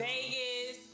Vegas